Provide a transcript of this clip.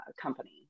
company